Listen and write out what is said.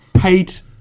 hate